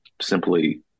simply